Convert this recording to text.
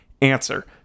answer